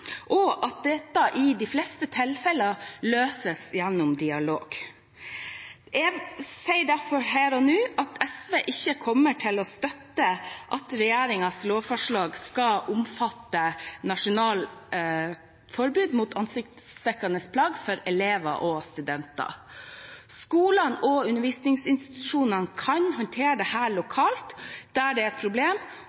og at dette i de fleste tilfeller løses gjennom dialog. Jeg sier derfor her og nå at SV ikke kommer til å støtte at regjeringens lovforslag skal omfatte nasjonalt forbud mot ansiktsdekkende plagg for elever og studenter. Skolene og undervisningsinstitusjonene kan håndtere dette lokalt der det